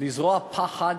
לזרוע פחד